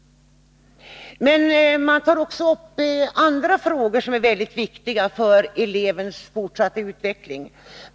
Man tar också upp andra frågor, som är väldigt viktiga för elevernas fortsatta utveckling.